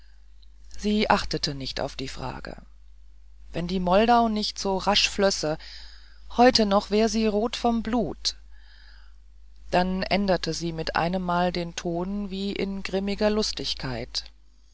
sie achtete nicht auf die frage wenn die moldau nicht so rasch flösse heut noch wäre sie rot von blut dann änderte sie mit einemmal den ton wie in grimmiger lustigkeit